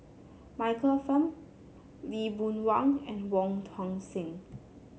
Michael Fam Lee Boon Wang and Wong Tuang Seng